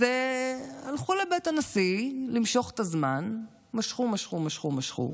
אז הלכו לבית הנשיא למשוך את הזמן, משכו, משכו,